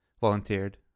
volunteered